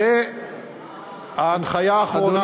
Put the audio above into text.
וההנחיה האחרונה,